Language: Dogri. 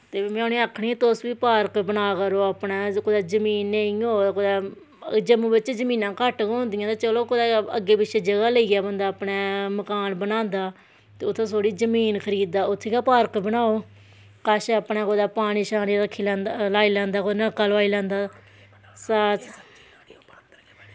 ते में उनेंगी आखना तुस बी पार्क बना करो कुदै जमीन नेईं होऐ कुदै जम्मू बिच्च जमीनां घट्ट गै होंदियां चलो अग्गैं पिच्छै जगा लेईयै बंदा अपनै मकान बनांदा ते उंत्थें थोह्ड़ी जमीन खरीद दा उत्थें गै पार्क बनाओ कश अपनै कुतै पानी शानी रक्खी लैंदा लाई लैंदा नलका लोआई लैंदा कोई